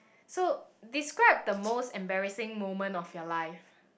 so describe the most embarrassing moment of your life